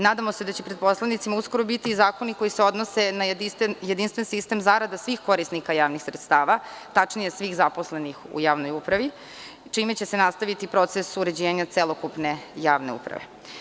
Nadamo se da će pred poslanicima uskoro biti i zakoni koji se odnose na jedinstven sistem zarada svih korisnika javnih sredstava, tačnije svih zaposlenih u javnoj upravi, čime će se nastaviti proces uređenja celokupne javne uprave.